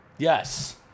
Yes